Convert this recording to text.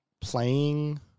playing